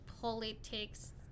politics